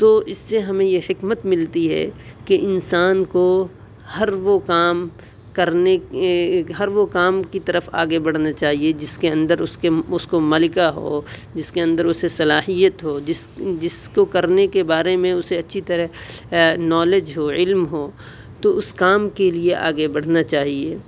تو اس سے ہمیں یہ حکمت ملتی ہے کہ انسان کو ہر وہ کام کرنے ہر وہ کام کی طرف آگے بڑھانا چاہیے کہ جس کے اندر اس کے اس کو ملکہ ہو جس کے اندر اسے صلاحیت ہو جس جس کو کرنے کے بارے میں اسے اچھی طرح نالج ہو علم ہو تو اس کام کے لیے آگے بڑھنا چاہیے